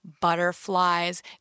butterflies